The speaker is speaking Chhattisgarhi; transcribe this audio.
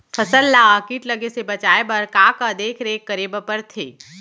फसल ला किट लगे से बचाए बर, का का देखरेख करे बर परथे?